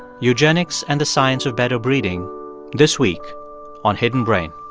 eugenics and the science of better breeding this week on hidden brain